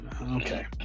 Okay